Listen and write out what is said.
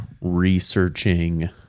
researching